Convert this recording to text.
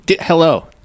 Hello